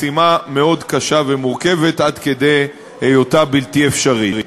משימה מאוד קשה ומורכבת עד כדי היותה בלתי אפשרית.